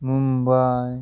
Mumbai